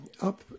up